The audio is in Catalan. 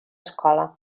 escola